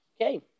Okay